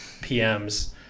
PMs